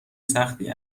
سختی